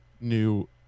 new